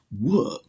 work